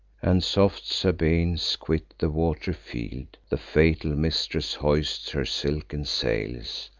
and soft sabaeans quit the wat'ry field. the fatal mistress hoists her silken sails,